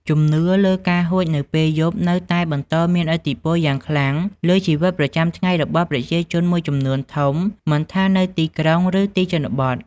ជំនឿលើការហួចនៅពេលយប់នៅតែបន្តមានឥទ្ធិពលយ៉ាងខ្លាំងលើជីវិតប្រចាំថ្ងៃរបស់ប្រជាជនមួយចំនួនធំ មិនថានៅទីក្រុង ឬទីជនបទ។